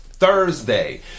Thursday